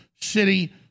city